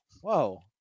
Whoa